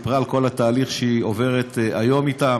שסיפרה על כל התהליך שהיא עוברת היום אתם,